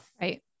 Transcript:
Right